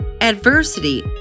Adversity